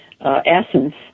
essence